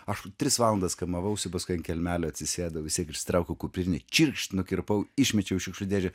aš tris valandas kamavausi paskui ant kelmelio atsisėdau vis tiek išsitraukiau kupinę čirkšt nukirpau išmečiau šiukšlių dėžę